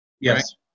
Yes